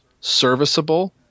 serviceable